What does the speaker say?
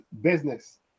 business